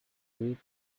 reap